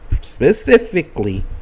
specifically